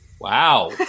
Wow